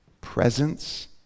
presence